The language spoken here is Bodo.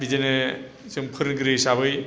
बिदिनो जों फोरोंगिरि हिसाबै